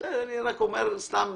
אני אומר סתם,